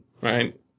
right